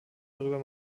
darüber